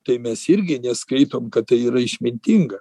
tai mes irgi neskaitom kad tai yra išmintinga